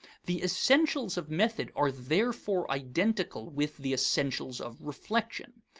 the essentials of method are therefore identical with the essentials of reflection.